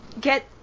get